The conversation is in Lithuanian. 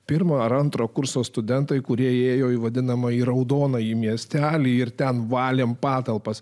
pirmo ar antro kurso studentai kurie įėjo į vadinamąjį raudonąjį miestelį ir ten valėme patalpas